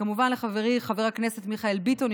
וכמובן לחברי חבר הכנסת מיכאל ביטון,